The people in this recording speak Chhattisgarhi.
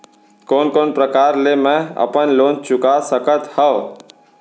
कोन कोन प्रकार ले मैं अपन लोन चुका सकत हँव?